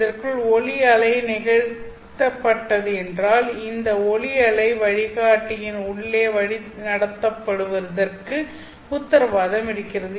இதற்குள் ஒளி அலை நிகழ்த்தப்பட்டது என்றால் இந்த ஒளி அலை அலை வழிகாட்டியின் உள்ளே வழிநடத்தப்படுவதற்கு உத்தரவாதம் இருக்கிறது